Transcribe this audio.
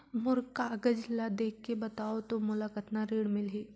मोर कागज ला देखके बताव तो मोला कतना ऋण मिलही?